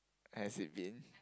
has it been